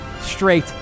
straight